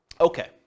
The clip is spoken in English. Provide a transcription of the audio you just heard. Okay